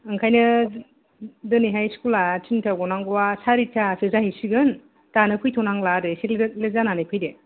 ओंखायनो दिनैहाय स्कुला टिनथायाव ग'नांगौआ सारिथा सो जाहै सिगोन दानो फैथ' नांला आरो एसे लेथ जानानै फैदो